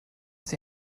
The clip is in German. sie